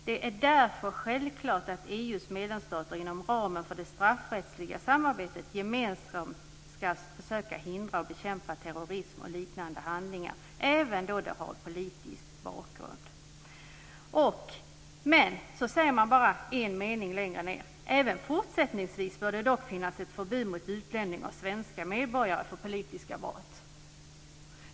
Det är därför självklart att EU:s medlemsstater inom ramen för det straffrättsliga samarbetet gemensamt skall försöka hindra och bekämpa terrorism och liknande handlingar, även då de har en politisk bakgrund." Men en mening längre ned står det följande: "Även fortsättningsvis bör det dock finnas ett förbud mot utlämning av svenska medborgare för politiska brott."